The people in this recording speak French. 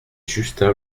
justin